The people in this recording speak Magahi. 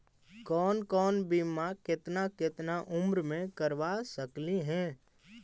कौन कौन बिमा केतना केतना उम्र मे करबा सकली हे?